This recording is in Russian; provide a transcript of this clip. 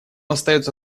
остается